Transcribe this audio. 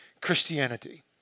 Christianity